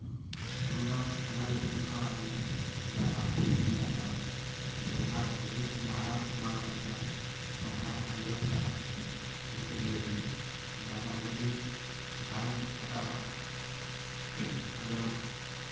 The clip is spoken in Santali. ᱟᱢᱫᱚ ᱚᱱᱟ ᱞᱟᱹᱜᱤᱫ ᱤᱧ ᱯᱷᱳᱱ ᱟᱫ ᱢᱮᱭᱟ ᱡᱮ ᱟᱢᱟᱜ ᱜᱟᱹᱰᱤ ᱢᱮᱱᱟᱜ ᱛᱟᱢᱟ ᱟᱫᱚ ᱚᱱᱟ ᱜᱟᱹᱰᱤ ᱵᱷᱟᱲᱟᱢ ᱮᱢᱟᱣᱟᱠᱚ ᱠᱟᱱᱟ ᱛᱳ ᱚᱱᱟᱧ ᱟᱸᱡᱚᱢ ᱟᱠᱟᱫᱼᱟ ᱤᱧᱠᱚ ᱞᱟᱹᱭ ᱟᱫᱤᱧᱟ ᱟᱫᱚ ᱟᱢᱟᱜ ᱜᱟᱹᱰᱤ ᱜᱤᱧ ᱵᱷᱟᱲᱟᱧ ᱦᱟᱛᱟᱣᱟ ᱟᱫᱚ